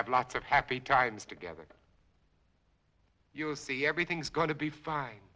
have lots of happy times together you'll see everything's going to be fine